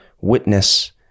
witness